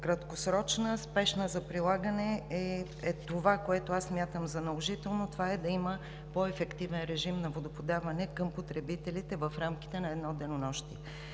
краткосрочна и спешна за прилагане, която аз смятам за наложителна, е да има по ефективен режим на водоподаване към потребителите в рамките на едно денонощие,